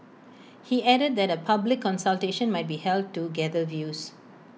he added that A public consultation might be held to gather views